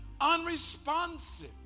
unresponsive